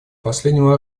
последнего